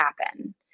happen